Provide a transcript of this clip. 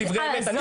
אני השקעתי ובאתי.